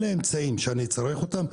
אלה האמצעים שאני צריך אותם,